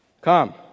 Come